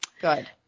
Good